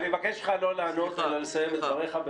אני מבקש ממך לא לענות אלא לסיים את דבריך,